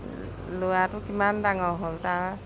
ল'ৰাটো কিমান ডাঙৰ হ'ল তাৰ